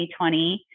2020